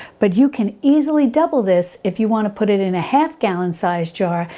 but you can easily double this if you want to put it in a half gallon size jar,